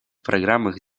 программах